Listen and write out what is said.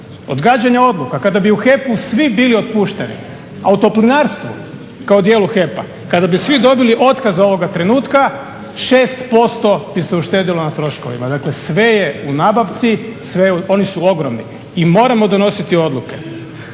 odgađanje odluka. Kada bi u HEP-u svi bili otpušteni, a u toplinarstvu kao dijelu HEP-a kada bi svi dobili otkaz ovoga trenutka 6% bi se uštedilo na troškovima. Dakle sve je u nabavci, oni su ogromni i moramo donositi odluke.